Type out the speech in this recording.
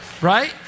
right